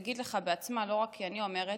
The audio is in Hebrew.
היא תגיד לך בעצמה, לא רק אני אומרת,